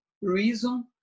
reason